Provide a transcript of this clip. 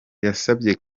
yasabye